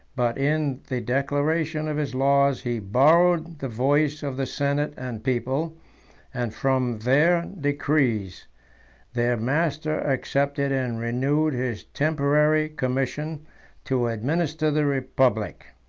but in the declaration of his laws he borrowed the voice of the senate and people and from their decrees their master accepted and renewed his temporary commission to administer the republic.